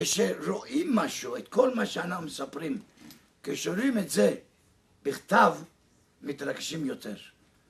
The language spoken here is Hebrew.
כשרואים משהו, את כל מה שאנחנו מספרים, כשרואים את זה בכתב, מתרגשים יותר.